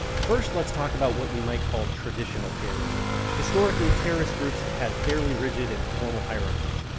first let's talk about what we might call traditional terrorism. historically, terrorist groups have had fairly rigid and formal hierarchies.